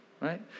Right